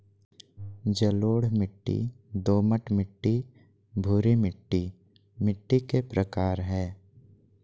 जलोढ़ मिट्टी, दोमट मिट्टी, भूरी मिट्टी मिट्टी के प्रकार हय